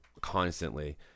constantly